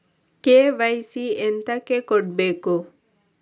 KYC ಎಂತಕೆ ಕೊಡ್ಬೇಕು?